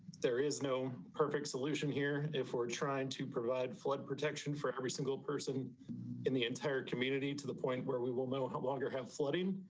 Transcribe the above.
there is no perfect solution here if we're trying to provide flood protection for every single person in the entire community, to the point where we will no longer have flooding.